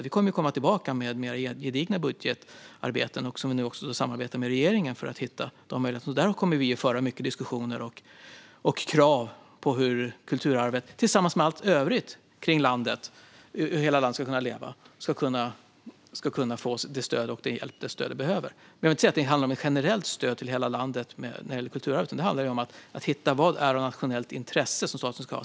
Vi kommer tillbaka med mer gedigna budgetarbeten, nu också i samarbete med regeringen. Där kommer vi att föra mycket diskussioner och framföra krav på att kulturarvet, tillsammans med allt övrigt för att hela landet ska kunna leva, ska få det stöd och den hjälp det behöver. Jag vill inte säga att det handlar om ett generellt stöd till hela landet när det gäller kulturarvet, utan det handlar om att hitta vad som är av nationellt intresse som staten ska driva.